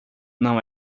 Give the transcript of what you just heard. não